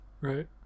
Right